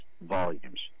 volumes